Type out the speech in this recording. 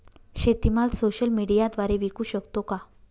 शेतीमाल सोशल मीडियाद्वारे विकू शकतो का?